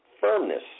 firmness